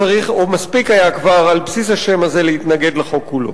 מספיק היה כבר על בסיס השם הזה להתנגד לחוק כולו.